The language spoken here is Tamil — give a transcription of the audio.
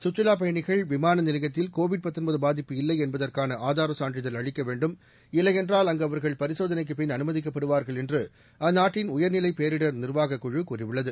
சுற்றுலா பயணிகள் விமாள நிலையத்தில் கோவிட் பாதிப்பு இல்லை என்பதற்காள ஆதார சான்றிதழ் அளிக்க வேண்டும் இல்லையென்றால் அங்கு அவர்கள் பரிசோதனைக்குப் பின் அனுமதிக்கப்படுவார்கள் என்று அந்நாட்டின் உயர்நிலை பேரிடர் நிர்வாகக் குழு கூறியுள்ளது